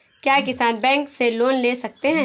क्या किसान बैंक से लोन ले सकते हैं?